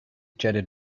jetted